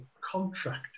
contract